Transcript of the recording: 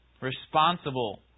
responsible